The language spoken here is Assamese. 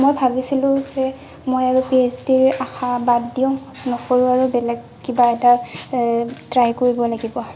মই ভাবিছিলোঁ যে মই আৰু পি এইচ ডিৰ আশা বাদ দিওঁ নকৰোঁ আৰু বেলেগ কিবা এটা ট্ৰাই কৰিব লাগিব